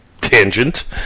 tangent